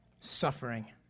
suffering